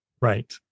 Right